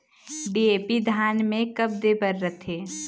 DAP धान मे कब दे बर रथे?